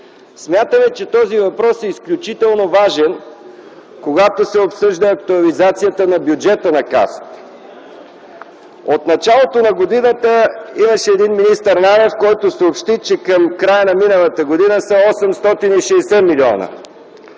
Смятаме, че въпросът е изключително важен, когато се обсъжда актуализацията на бюджета на Касата. От началото на годината имаше един министър Нанев, който съобщи, че към края на миналата година са 860 млн.